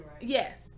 yes